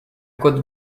côte